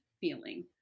feeling